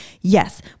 yes